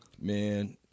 man